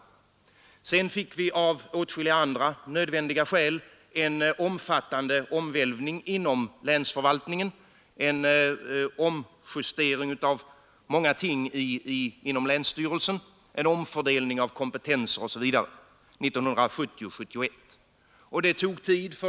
Sedan fick vi 1970 och 1971 av åtskilliga andra tvingande skäl en omfattande omvälvning inom länsförvaltningen, en omjustering av många ting inom länsstyrelserna, en omfördelning av kompetenser osv. Och det tog tid.